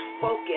focus